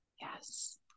Yes